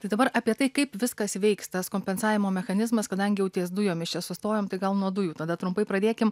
tai dabar apie tai kaip viskas veiks tas kompensavimo mechanizmas kadangi jau ties dujomis čia sustojom tai gal nuo dujų tada trumpai pradėkim